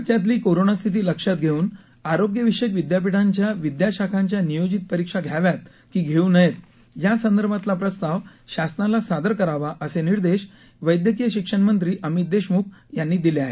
राज्यातली कोरोनास्थिती लक्षात घेऊन आरोग्यविषक विद्यापीठांच्या विद्याशाखांच्या नियोजित परीक्षा घ्याव्यात की घेऊ नयेत यासंदर्भातला प्रस्ताव शासनाला सादर करावा असे निर्देश वैद्यकीय शिक्षणमंत्री अमित देशमुख यांनी दिले आहेत